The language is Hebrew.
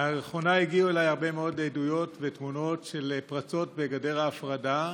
לאחרונה הגיעו אליי הרבה מאוד עדויות ותמונות של פרצות בגדר ההפרדה,